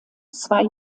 zwei